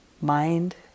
mind